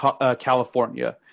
California